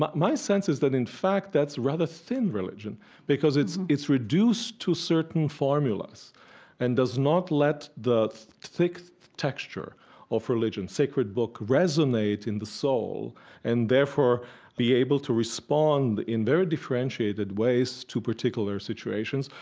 but my sense is that, in fact, that's rather thin religion because it's it's reduced to certain formulas and does not let the thick texture of religion, sacred book, resonate in the soul and therefore be able to respond in very differentiated ways to particular situations,